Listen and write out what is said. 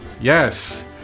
Yes